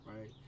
right